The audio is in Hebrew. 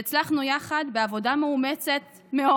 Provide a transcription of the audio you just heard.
שהצלחנו יחד בעבודה מאומצת מאוד,